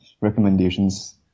recommendations